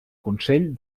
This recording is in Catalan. consell